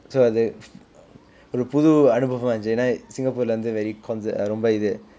so அது ஒரு புது அனுபவமா இருந்துச்சு ஏனா சிங்கப்பூர்ல வந்து:athu oru puthu anubavamaa irunthucchu aenaa singappurla vanthu very conser~ ரொம்ப இது:romba ithu